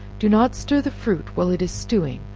do not stir the fruit while it is stewing,